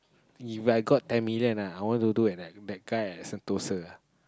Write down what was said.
If I got ten million ah I want to do like that that guy at Sentosa ah